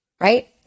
right